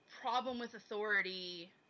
problem-with-authority